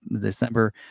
December